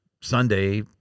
Sunday